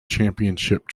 championship